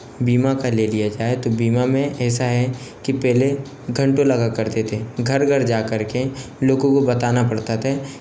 बीमा का ले लिया जाए तो बीमा में ऐसा है कि पहले घंटों लगा करते थे घर घर जा कर के लोगों को बताना पड़ता था